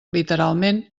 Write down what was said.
literalment